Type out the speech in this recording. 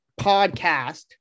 podcast